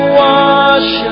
wash